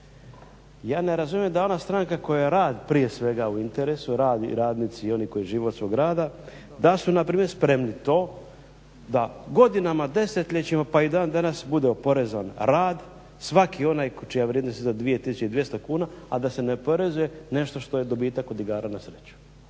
Ja ne razumijem da ona stranka koja rad prije svega u interesu rad i radnici i oni koji žive od svog rada da su npr. spremni to da godinama, desetljećima pa i dan danas bude oporezovan rad, svaki onaj čija je vrijednost iznad 2200 kuna, a da se ne oporezuje nešto što je dobitak od igara na sreću.